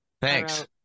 Thanks